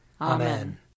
Amen